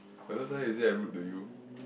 but just now you say I'm rude to you